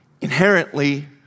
Inherently